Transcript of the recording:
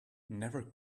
never